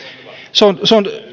se on se on